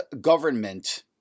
government